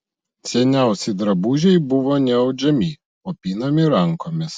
seniausi drabužiai buvo ne audžiami o pinami rankomis